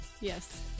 Yes